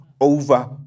over